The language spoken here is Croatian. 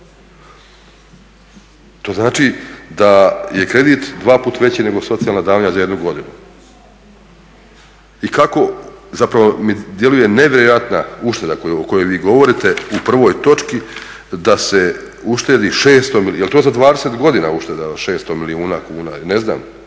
To znači da je kredit dvaput veći nego socijalna davanja za jednu godinu. I kako, zapravo mi djeluje nevjerojatna ušteda o kojoj vi govorite u prvoj točki da se uštedi 600, jel' to za 20 godina ušteda od 600 milijuna kuna.